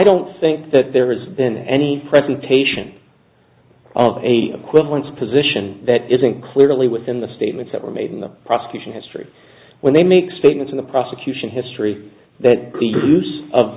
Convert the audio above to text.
don't think that there has been any presentation of a quid one's position that isn't clearly within the statements that were made in the prosecution history when they make statements in the prosecution history that use of